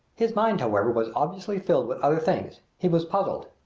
his mind, however, was obviously filled with other things. he was puzzled.